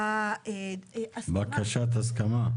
בקשת הסכמה.